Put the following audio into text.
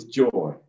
joy